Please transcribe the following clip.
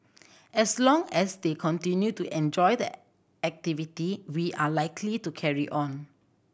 as long as they continue to enjoy the activity we are likely to carry on